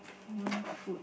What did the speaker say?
one food